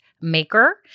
maker